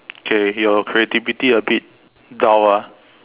okay your creativity a bit dull ah